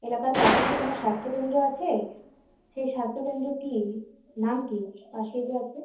এলাকার পাশে যে তোমার স্বাস্থ্যকেন্দ্র আছে সেই স্বাস্থ্যকেন্দ্র কী নাম কী পাশেই যে আছে